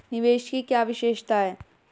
निवेश की क्या विशेषता है?